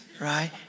right